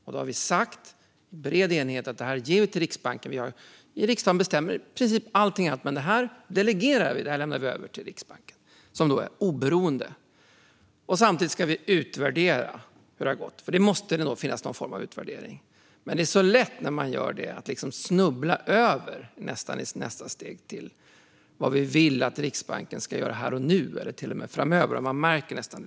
Vi har i bred enighet sagt att dessa frågor delegeras till Riksbanken, som då är oberoende. Samtidigt ska vi utvärdera hur det har gått. Det måste ju finnas någon form av utvärdering. Men det är lätt att i diskussionerna snubbla över nästa steg till vad vi vill att Riksbanken ska göra här och nu eller till och med framöver.